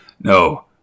No